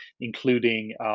including